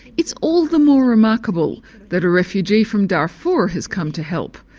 it's all the more remarkable that a refugee from darfur has come to help.